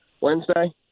Wednesday